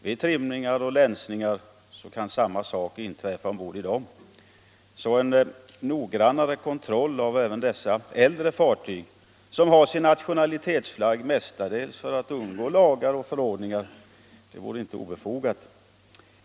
Vid trimningar och länsningar kan samma sak inträffa ombord på dessa. En noggrannare kontroll även av sådana äldre fartyg som mestadels valt nationalitetsflagg med tanke på att kunna undgå lagar och förordningar vore därför inte obefogat.